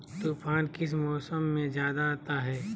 तूफ़ान किस मौसम में ज्यादा आता है?